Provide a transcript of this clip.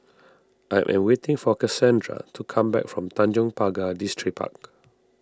I am waiting for Casandra to come back from Tanjong Pagar Distripark